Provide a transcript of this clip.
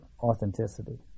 authenticity